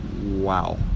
Wow